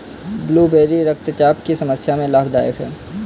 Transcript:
blueberry रक्तचाप की समस्या में लाभदायक है